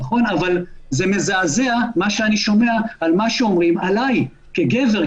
זה מזעזע מה שאני שומע על מה שאומרים עלי כגבר,